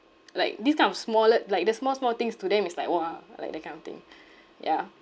like this kind of smaller like the small small things to them is like !wah! like that kind of thing yeah